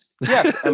Yes